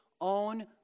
own